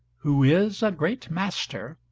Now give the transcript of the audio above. who is a great master,